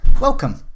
welcome